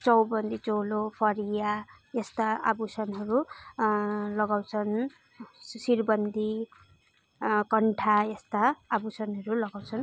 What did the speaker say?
चौबन्दी चोलो फरिया यस्ता आभूषणहरू लगाउँछन् शिरबन्दी कण्ठा यस्ता आभूषणहरू लगाउँछन्